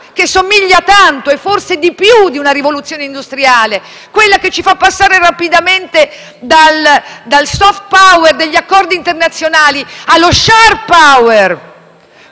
*soft power* degli accordi internazionali allo *sharp power*, cui prima ha accennato il collega Bagnai con approfondite valutazioni),